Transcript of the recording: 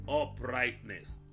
uprightness